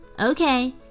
Okay